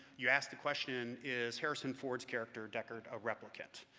you ask the question, is harrison ford's character deckard a replicant?